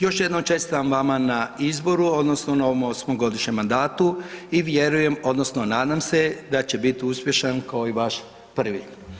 Još jednom čestitam vama na izboru odnosno na ovom 8-godišnjem mandatu i vjerujem odnosno nadam se da će bit uspješan kao i vaš prvi.